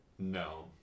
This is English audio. No